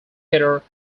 peter